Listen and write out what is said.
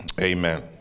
amen